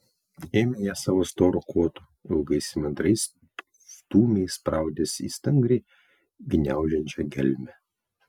ėmė ją savo storu kotu ilgais įmantriais stūmiais spraudėsi į stangriai gniaužiančią gelmę